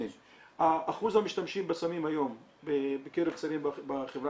אחוז המשתמשים בסמים היום בקרב צעירים בחברה